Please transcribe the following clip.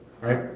Right